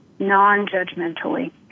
non-judgmentally